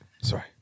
sorry